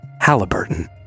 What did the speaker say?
Halliburton